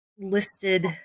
listed